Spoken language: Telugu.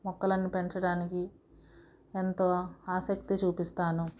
మొక్కలను పెంచడానికి ఎంతో ఆసక్తి చూపిస్తాను